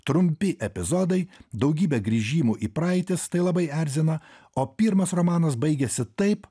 trumpi epizodai daugybė grįžimų į praeitis tai labai erzina o pirmas romanas baigiasi taip